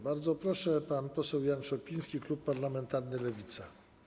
Bardzo proszę, pan poseł Jan Szopiński, klub parlamentarny Lewica.